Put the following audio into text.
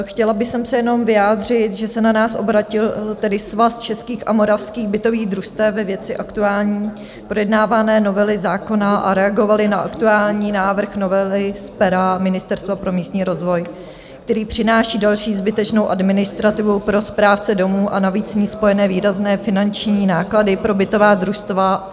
Chtěla jsem se jenom vyjádřit, že se na nás obrátil Svaz českých a moravských bytových družstev ve věci aktuální projednávané novely zákona a reagovali na aktuální návrh novely z pera Ministerstva pro místní rozvoj, který přináší další zbytečnou administrativu pro správce domů, a navíc s ní spojené výrazné finanční náklady pro bytová družstva.